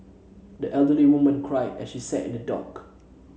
the elderly woman cried as she sat in the dock